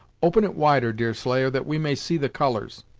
open it wider, deerslayer, that we may see the colours.